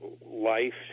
life